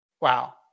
Wow